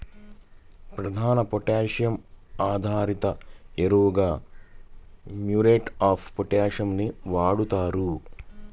ప్రధాన పొటాషియం ఆధారిత ఎరువుగా మ్యూరేట్ ఆఫ్ పొటాష్ ని వాడుతారు